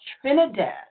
Trinidad